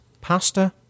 pasta